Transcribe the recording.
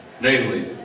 namely